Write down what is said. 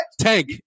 tank